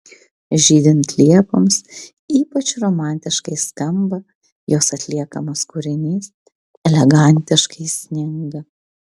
žydint liepoms ypač romantiškai skamba jos atliekamas kūrinys elegantiškai sninga